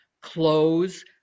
clothes